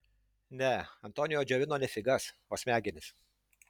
ne antonio džiovino ne figas o smegenis